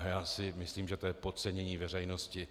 Já si myslím, že to je podcenění veřejnosti.